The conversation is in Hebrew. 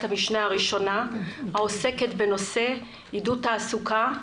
המשנה הראשונה העוסקת בנושא עידוד תעסוקה,